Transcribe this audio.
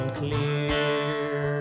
clear